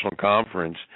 conference